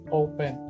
open